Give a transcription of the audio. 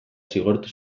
zigortu